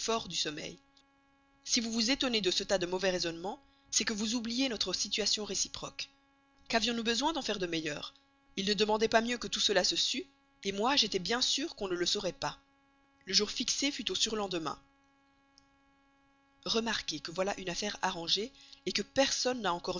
du sommeil si vous vous étonnez de ce tas de mauvais raisonnements c'est que vous oubliez notre situation réciproque quavions nous besoin d'en faire de meilleurs il ne demandait pas mieux que tout cela se sût moi j'étais bien sûre qu'on ne le saurait pas le jour fut fixé au surlendemain remarquez que voilà une affaire arrangée que personne n'a